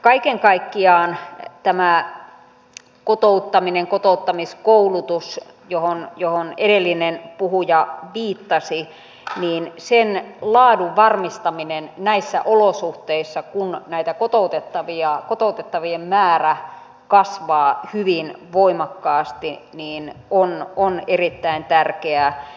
kaiken kaikkiaan tämän kotouttamisen kotouttamiskoulutuksen johon edellinen puhuja viittasi laadun varmistaminen on erittäin tärkeää näissä olosuhteissa kun näiden kotoutettavien määrä kasvaa hyvin voimakkaasti niin kun on erittäin tärkeää